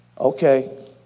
Okay